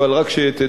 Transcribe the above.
אבל רק שתדע,